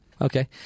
Okay